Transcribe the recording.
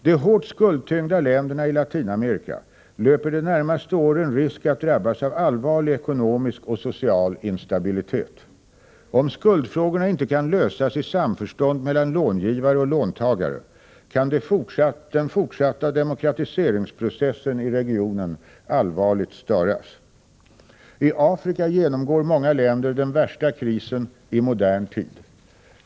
De hårt skuldtyngda länderna i Latinamerika löper de närmaste åren risk att drabbas av allvarlig ekonomisk och social instabilitet. Om skuldfrågorna inte kan lösas i samförstånd mellan långivare och låntagare kan den fortsatta demokratiseringsprocessen i regionen allvarligt störas. I Afrika genomgår många länder den värsta krisen i modern tid.